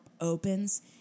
opens